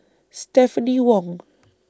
Stephanie Wong